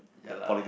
ya lah